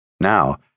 Now